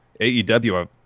AEW